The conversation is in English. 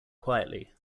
quietly